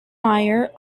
meyer